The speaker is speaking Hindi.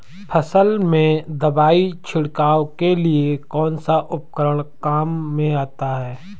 फसल में दवाई छिड़काव के लिए कौनसा उपकरण काम में आता है?